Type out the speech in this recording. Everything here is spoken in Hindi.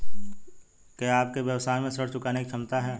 क्या आपके व्यवसाय में ऋण चुकाने की क्षमता है?